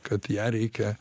kad ją reikia